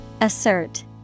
Assert